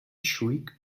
shriek